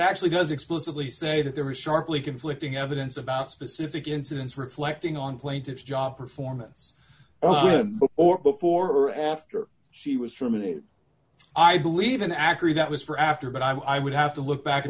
actually does explicitly say that there was sharply conflicting evidence about specific incidents reflecting on plaintiff's job performance or before or after she was for a minute i believe an actor that was for after but i would have to look back at